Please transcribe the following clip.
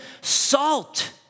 salt